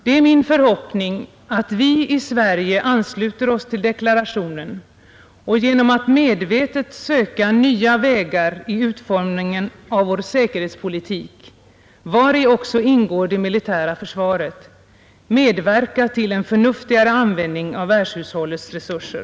Det är min förhoppning att vi i Sverige ansluter oss till deklarationen och genom att medvetet söka nya vägar i utformningen av vår säkerhetspolitik — vari också ingår det militära försvaret — medverkar till en förnuftigare användning av världshushållets resurser.